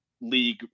league